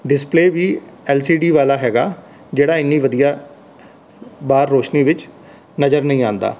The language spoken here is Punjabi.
ਡਿਸਪਲੇਅ ਵੀ ਐੱਲ ਸੀ ਡੀ ਵਾਲਾ ਹੈਗਾ ਜਿਹੜਾ ਇੰਨੀ ਵਧੀਆ ਬਾਹਰ ਰੋਸ਼ਨੀ ਵਿੱਚ ਨਜ਼ਰ ਨਹੀਂ ਆਉਂਦਾ